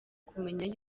kumenya